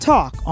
Talk